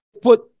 put